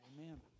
Amen